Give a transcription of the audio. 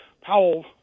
powell